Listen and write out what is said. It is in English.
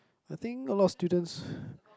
I think a lot of students